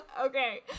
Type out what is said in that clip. Okay